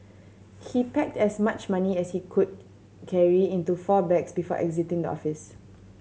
he packed as much money as he could carry into four bags before exiting the office